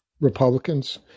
Republicans